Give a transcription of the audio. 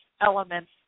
elements